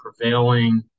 prevailing